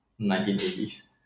1980s